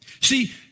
See